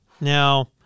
Now